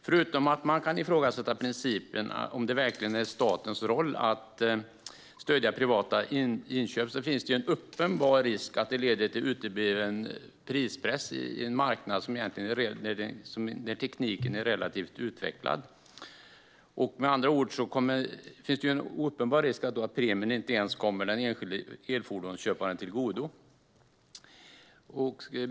Förutom att man kan ifrågasätta principen och om det verkligen är statens roll att stödja privata inköp finns det en uppenbar risk att detta leder till en utebliven prispress på en marknad där tekniken är relativt utvecklad. Med andra ord finns det en uppenbar risk att premien inte ens kommer den enskilde elfordonsköparen till godo.